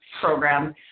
program